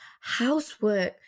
housework